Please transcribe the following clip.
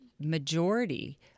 majority